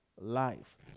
life